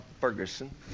Ferguson